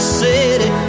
city